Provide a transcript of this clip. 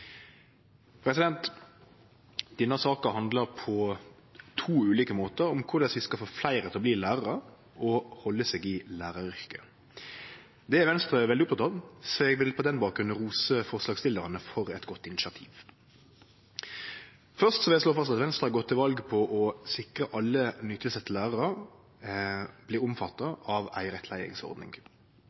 Denne saka handlar på to ulike måtar om korleis vi skal få fleire til å bli lærarar, og halde seg i læraryrket. Det er Venstre veldig oppteke av, så eg vil på den bakgrunnen rose forslagsstillarane for eit godt initiativ. Først vil eg slå fast at Venstre har gått til val på å sikre at alle nytilsette lærarar blir omfatta av ei rettleiingsordning.